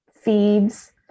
feeds